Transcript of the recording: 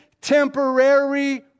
temporary